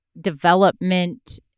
development